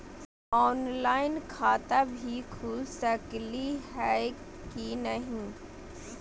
Online खाता भी खुल सकली है कि नही?